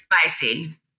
spicy